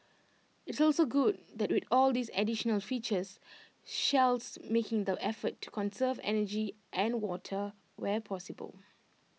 it's also good that with all these additional features Shell's making the effort to conserve energy and water where possible